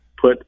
put